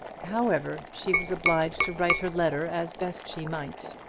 however, she was obliged to write her letter as best she might,